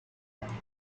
herself